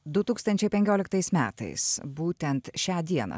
du tūkstančiai penkioliktais metais būtent šią dieną